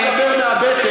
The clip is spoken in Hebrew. אתה מדבר מהבטן,